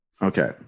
Okay